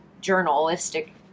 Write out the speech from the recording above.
journalistic